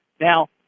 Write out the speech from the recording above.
Now